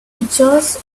pictures